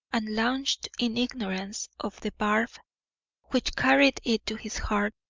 and launched in ignorance of the barb which carried it to his heart,